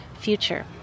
future